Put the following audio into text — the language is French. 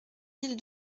mille